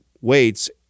weights